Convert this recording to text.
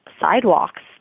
sidewalks